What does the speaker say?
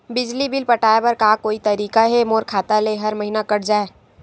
बिजली बिल पटाय बर का कोई तरीका हे मोर खाता ले हर महीना कट जाय?